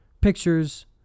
pictures